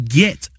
get